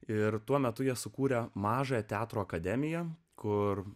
ir tuo metu jie sukūrė mažojo teatro akademiją kur